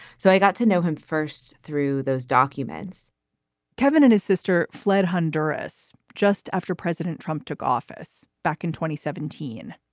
so i got to know him first through those documents kevin and his sister fled honduras just after president trump took office back and seventeen.